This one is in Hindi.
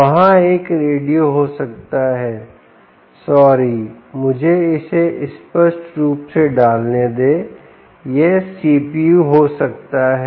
वहाँ एक रेडियो हो सकता है सॉरी मुझे इसे स्पष्ट रूप से डालने दें यह CPU हो सकता है